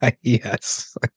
Yes